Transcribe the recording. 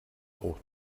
auch